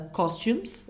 costumes